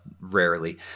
rarely